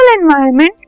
environment